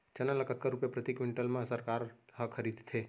चना ल कतका रुपिया प्रति क्विंटल म सरकार ह खरीदथे?